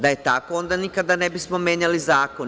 Da je tako, onda nikada ne bismo menjali zakon.